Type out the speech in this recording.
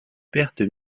pertes